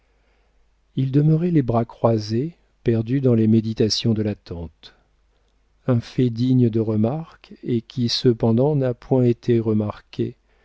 il demeurait les bras croisés perdu dans les méditations de l'attente un fait digne de remarque et qui cependant n'a point été remarqué